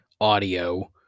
audio